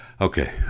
okay